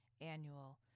annual